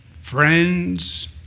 friends